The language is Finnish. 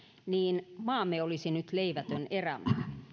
niin maamme olisi nyt leivätön erämaa